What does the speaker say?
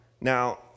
Now